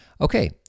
okay